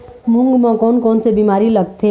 मूंग म कोन कोन से बीमारी लगथे?